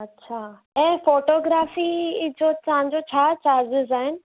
अछा ऐं फ़ोटोग्राफ़ी जो तव्हांजो छा चार्जिस आहिनि